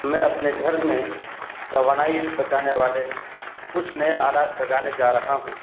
میں اپنے گھر میں توانائی بچانے والے کچھ نئے آلات لگانے جا رہا ہوں